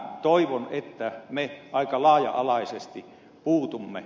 toivon että tähän me aika laaja alaisesti puutumme